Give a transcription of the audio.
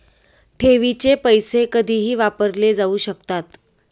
ठेवीचे पैसे कधीही वापरले जाऊ शकतात